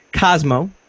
Cosmo